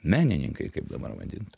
menininkai kaip dabar vadintų